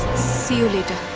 see you later.